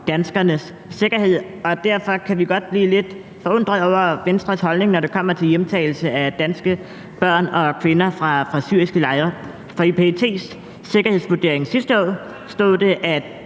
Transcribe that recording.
danskernes sikkerhed. Derfor kan vi godt blive lidt forundret over Venstres holdning, når det kommer til hjemtagelse af danske børn og kvinder fra syriske lejre. For i PET's sikkerhedsvurdering sidste år stod der, at